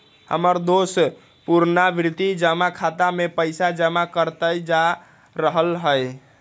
हमर दोस पुरनावृति जमा खता में पइसा जमा करइते जा रहल हइ